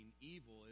evil